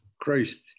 Christ